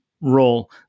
role